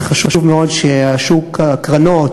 זה חשוב מאוד ששוק הקרנות,